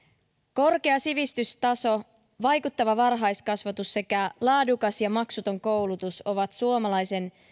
korkea sivistystaso vaikuttava varhaiskasvatus sekä laadukas ja maksuton koulutus ovat suomalaisen